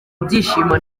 ibyishimo